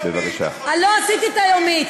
עשית את היומית,